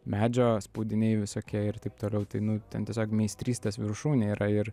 medžio spaudiniai visokie ir taip toliau tai nu ten tiesiog meistrystės viršūnė yra ir